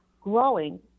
growing